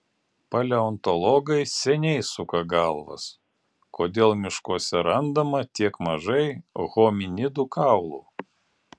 paleontologai seniai suka galvas kodėl miškuose randama tiek mažai hominidų kaulų